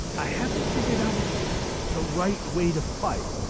i haven't figured out the right way to fight.